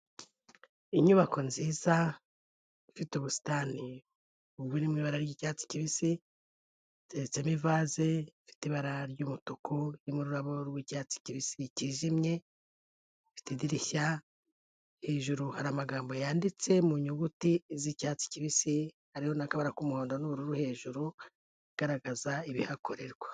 Inyubako nziza ifite ubusitani buri mu ibara ry'icyatsi kibisi, iteretsemo ivaze ifite ibara ry'umutuku irimo ururabo rw'icyatsi kibisi, ifite idirishya, hejuru hari amagambo yanditse mu nyuguti z'icyatsi kibisi hariho n'akabara k'umuhondo n'ubururu hejuru, bigaragaza ibihakorerwa.